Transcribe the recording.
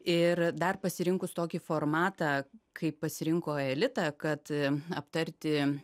ir dar pasirinkus tokį formatą kaip pasirinko aelita kad aptarti